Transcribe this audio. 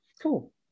cool